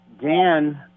Dan